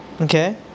Okay